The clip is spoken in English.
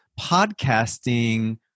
podcasting